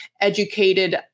educated